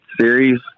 series